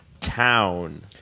town